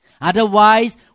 Otherwise